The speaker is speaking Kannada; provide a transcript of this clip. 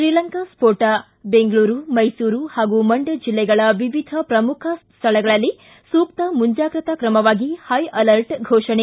ಶ್ರೀಲಂಕಾ ಸ್ತೋಟ ಬೆಂಗಳೂರು ಮೈಸೂರು ಮಂಡ್ದ ಜಿಲ್ಲೆಗಳ ವಿವಿಧ ಶ್ರಮುಖ ಸ್ಥಳಗಳಲ್ಲಿ ಸೂಕ್ತ ಮುಂಜಾಗ್ರತಾ ಕ್ರಮವಾಗಿ ಹೈ ಅಲರ್ಟ್ ಘೋಪಣೆ